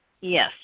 Yes